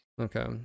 Okay